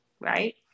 right